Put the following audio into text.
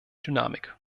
dynamik